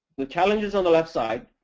the challenges on the left side.